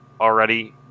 already